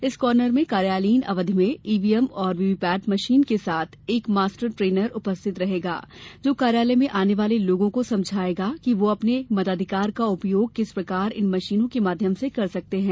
इस कार्नर में कार्यालयीन अवधि में ईवीएम और वीवीपैट मशीन के साथ एक मास्टर ट्रेनर उपस्थित रहेगा जो कार्यालय में आने वाले लोगों को समझायेगा कि वह अपने मताधिकार का उपयोग किस प्रकार इन मशीनों के माध्यम से कर सकते है